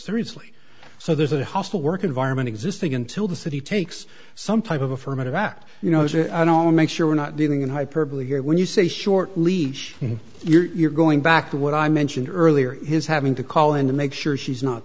seriously so there's a hostile work environment existing until the city takes some type of affirmative act you know and all make sure we're not dealing in hyperbole here when you say short leash you're going back to what i mentioned earlier his having to call him to make sure she's not